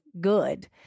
good